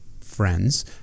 friends